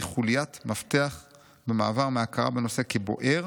חוליית מפתח במעבר מההכרה בנושא כבוער